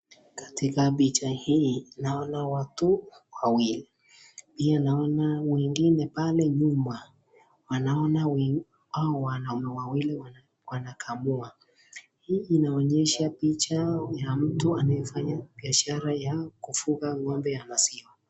Katika picha hii naona watu wawili pia naona mwingine nyuma anaona hawa wawili wanaume wawili wanakamua, hii inaonyesha picha ya mtu anayefanya biashara ya kuvuka ngombe ya maziwa.